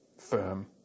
firm